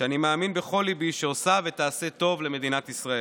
שאני מאמין בכל ליבי שעושה ותעשה טוב למדינת ישראל.